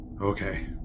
Okay